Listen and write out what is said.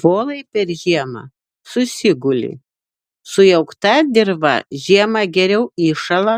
volai per žiemą susiguli sujaukta dirva žiemą geriau įšąla